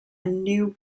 new